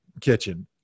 kitchen